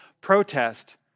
protest